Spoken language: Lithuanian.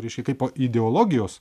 reiškia kaipo ideologijos